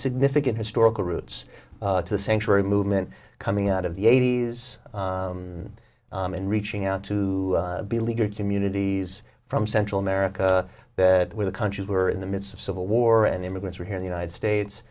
significant historical roots to sanctuary movement coming out of the eighty's and reaching out to beleaguered communities from central america that with a country who are in the midst of civil war and immigrants are here in the united states